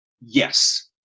Yes